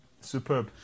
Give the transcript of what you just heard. Superb